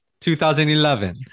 2011